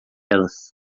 elas